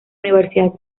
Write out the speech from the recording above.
universidad